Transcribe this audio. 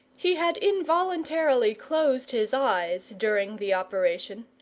he had involuntarily closed his eyes during the operation,